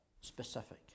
specific